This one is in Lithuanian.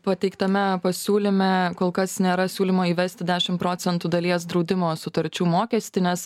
pateiktame pasiūlyme kol kas nėra siūlymo įvesti dešim procentų dalies draudimo sutarčių mokestį nes